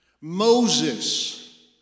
Moses